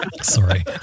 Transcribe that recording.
Sorry